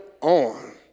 on